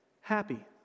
happy